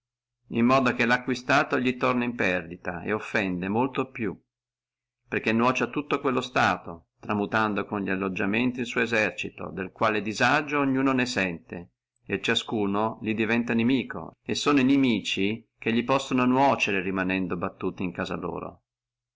in modo che lo acquisto li torna perdita et offende molto più perché nuoce a tutto quello stato tramutando con li alloggiamenti el suo esercito del quale disagio ognuno ne sente e ciascuno li diventa inimico e sono inimici che li possono nuocere rimanendo battuti in casa loro